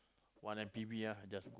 one M_P_V ah just